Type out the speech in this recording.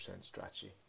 strategy